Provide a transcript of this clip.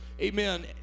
amen